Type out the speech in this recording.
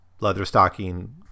Leatherstocking